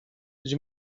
być